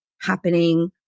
happening